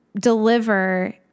deliver